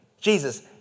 Jesus